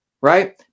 right